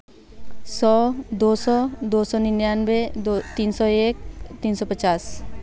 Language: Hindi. सौ दो सौ दो सौ निन्यानवे दो तीन सौ एक तीन सौ पचास